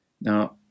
Now